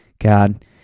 God